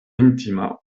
intima